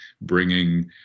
bringing